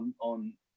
on